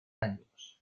años